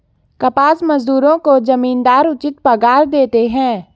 कपास मजदूरों को जमींदार उचित पगार देते हैं